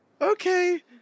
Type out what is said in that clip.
Okay